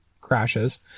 crashes